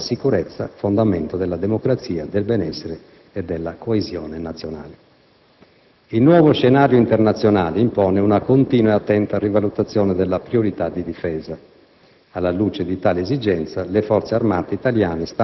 nelle quali si incardina, in maniera attiva e responsabile, la sicurezza fondamento della democrazia, del benessere e della coesione nazionale. Il nuovo scenario internazionale impone una continua e attenta rivalutazione della priorità di difesa.